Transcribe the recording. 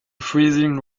freezing